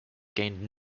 gained